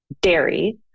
dairy